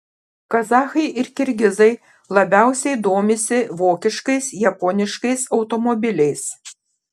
kazachai ir kirgizai labiausiai domisi vokiškais japoniškais automobiliais